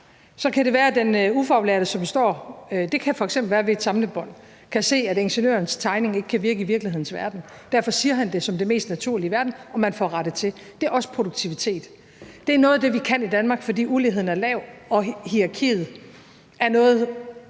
Så kan det være, at den ufaglærte, som står ved f.eks. et samlebånd, kan se, at ingeniørens tegning ikke kan virke i virkelighedens verden. Derfor siger han det som det mest naturlige i verden, og man får rettet til. Det er også produktivitet. Det er noget af det, vi kan i Danmark, fordi de uligheden er lav og hierarkiet er noget,